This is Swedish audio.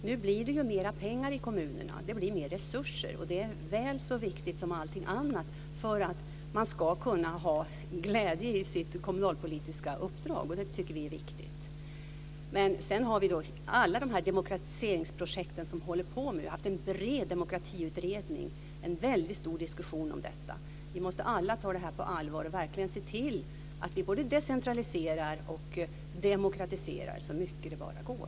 Nu blir det ju mera pengar i kommunerna. Det blir mer resurser, och det är väl så viktigt som allting annat för att man ska kunna känna glädje i sitt kommunalpolitiska uppdrag. Det tycker vi är viktigt. Sedan har vi då alla de här demokratiseringsprojekten som nu håller på. Vi har haft en bred demokratiutredning och en väldigt stor diskussion om detta. Vi måste alla ta det här på allvar och verkligen se till att vi både decentraliserar och demokratiserar så mycket det bara går.